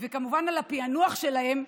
וכמובן לפענוח שלהן,